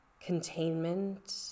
containment